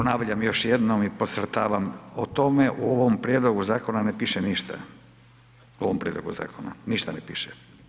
Ponavljam još jednom i podcrtavam o tome, u ovom prijedlogu zakona ne piše ništa, u ovom prijedlogu zakona ništa ne piše.